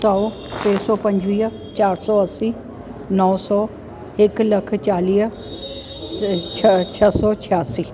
सौ टे सौ पंजवीह चारि सौ असी नौ सौ हिकु लखु चालीह छ छह सौ छियासी